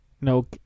No